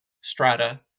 strata